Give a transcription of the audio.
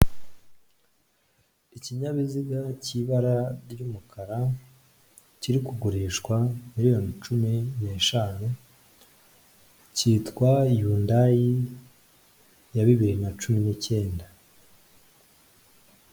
Ikinyabiziga cy'ibara ry'umukara kiri kugurishwa miliyoni cumi n'eshanu, cyitwa yundayi ya bibiri na cumi n'icyenda.